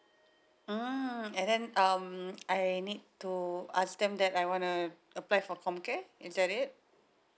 mm and then um I need to ask them that I wanna apply for comcare is that it